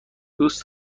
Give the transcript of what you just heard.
دوست